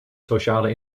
sociale